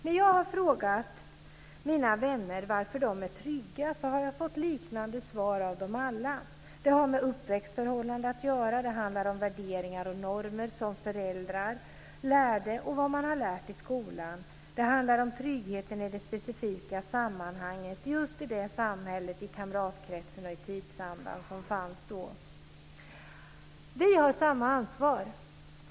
När jag har frågat mina vänner varför de är trygga har jag fått liknande svar av dem alla. Det har med uppväxtförhållanden att göra, det handlar om värderingar och normer som föräldrarna lärde och vad de har lärt i skolan. Det handlar om tryggheten i det specifika sammanhanget just i det samhället, i den kamratkretsen och i den tidsanda som fanns då. Vi har samma ansvar.